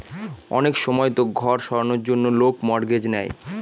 অনেক সময়তো ঘর সারানোর জন্য লোক মর্টগেজ নেয়